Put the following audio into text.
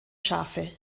schafe